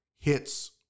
hits